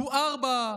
תואר בה,